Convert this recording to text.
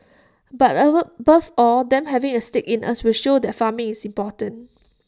but above all them having A stake in us will show that farming is important